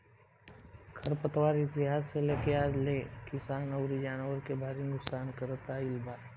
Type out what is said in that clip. खर पतवार इतिहास से लेके आज ले किसान अउरी जानवर के भारी नुकसान करत आईल बा